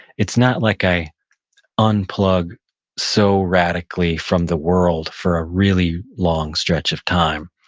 it's not like i unplug so radically from the world for a really long stretch of time.